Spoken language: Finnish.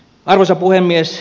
arvoisa puhemies